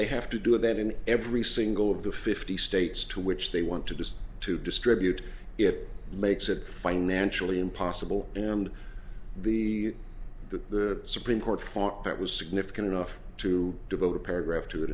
they have to do that in every single of the fifty states to which they want to just to distribute it makes it financially impossible and the that the supreme court fought that was significant enough to devote a paragraph to it